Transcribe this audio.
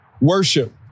worship